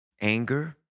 anger